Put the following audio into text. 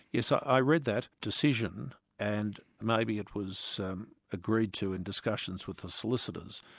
yes, i read that decision, and maybe it was agreed to in discussions with the solicitors.